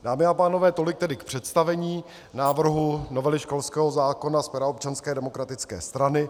Dámy a pánové, tolik tedy k představení návrhu novely školského zákona z pera Občanské demokratické strany.